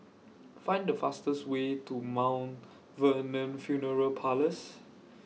Find The fastest Way to Mount Vernon Funeral Parlours